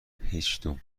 هیچدوم